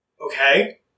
Okay